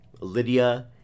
Lydia